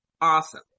awesome